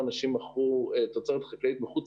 כאשר אז אנשים מכרו תוצרת חקלאית מחוץ